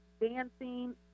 dancing